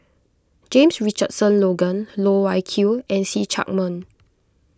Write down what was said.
James Richardson Logan Loh Wai Kiew and See Chak Mun